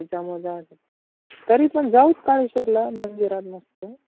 त्याच्यामध्ये जा तरीपण जाऊ काळेश्वरला मंदिरात नुसतं